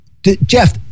Jeff